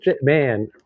man